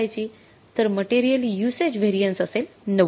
तर material usage variance असेल ९०